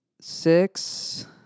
Six